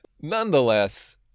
Nonetheless